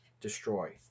destroy